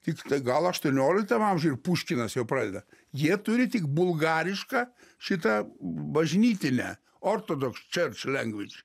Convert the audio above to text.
tiktai gal aštuonioliktam amžiuj puškinas jau pradeda jie turi tik bulgarišką šitą bažnytinę ortodoks čia language